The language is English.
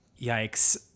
Yikes